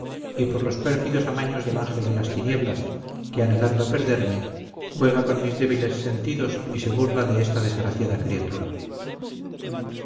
y por los pérfidos amaños del ángel de las tinieblas que anhelando perderme juega con mis débiles sentidos y se burla de esta desgraciada criatura